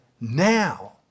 Now